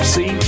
See